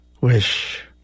wish